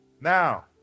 now